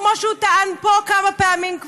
כמו שהוא טען פה כבר כמה פעמים?